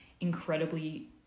incredibly